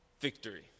Victory